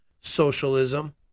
Socialism